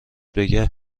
بگه